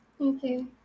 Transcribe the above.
Okay